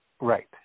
Right